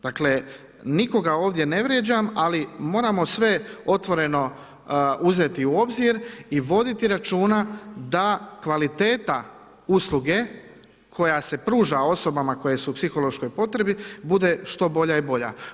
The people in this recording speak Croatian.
Dakle, nikoga ovdje ne vrijeđam, ali moramo sve otvoreno uzeti u obzir i voditi računa da kvaliteta usluge koja se pruža osobama koje su u psihološkoj potrebi bude što bolja i bolja.